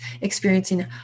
experiencing